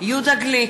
יהודה גליק,